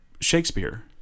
Shakespeare